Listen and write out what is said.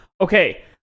Okay